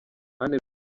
anne